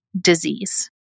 disease